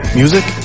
music